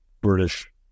British